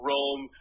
Rome